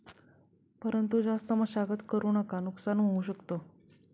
परंतु जास्त मशागत करु नका नुकसान होऊ शकत